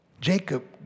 Jacob